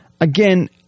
Again